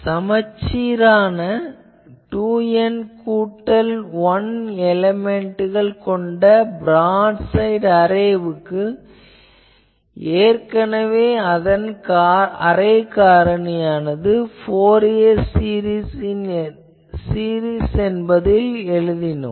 சமச்சீரான 2N கூட்டல் 1 எலேமென்ட்கள் கொண்ட பிராட் சைட் அரேவுக்கு ஏற்கனவே அரே காரணியானது ஃபோரியர் சீரிஸ் என்பதில் எழுதினோம்